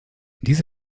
diese